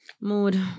Mood